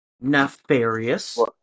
Nefarious